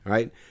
Right